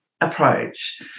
approach